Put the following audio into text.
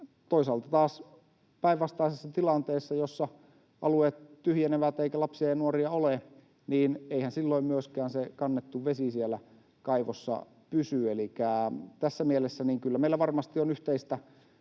Toisaalta taas päinvastaisessa tilanteessa, jossa alueet tyhjenevät eikä lapsia ja nuoria ole, eihän silloin myöskään se kannettu vesi siellä kaivossa pysy. Elikkä tässä mielessä kyllä meillä varmasti on yhteistä pohjaa